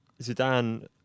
Zidane